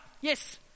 Yes